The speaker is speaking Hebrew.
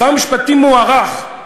שר משפטים מוערך,